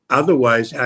otherwise